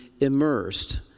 immersed